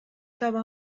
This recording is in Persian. تابه